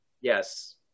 Yes